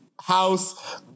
house